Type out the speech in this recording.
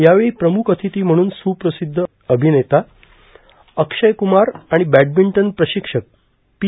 यावेळी प्रमुख अतिथी म्हणून स्रुप्रसिद्ध अभिनेता अक्षय कुमार आणि बॅडमिंटन प्रशिक्षक पी